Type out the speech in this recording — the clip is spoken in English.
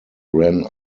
ran